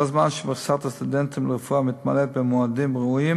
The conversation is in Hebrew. כל זמן שמכסת הסטודנטים לרפואה מתמלאת במועמדים ראויים